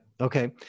Okay